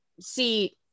see